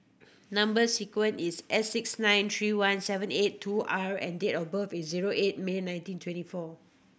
number sequence is S six nine three one seven eight two R and date of birth is zero eight May nineteen twenty four